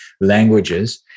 languages